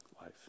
life